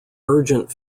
urgent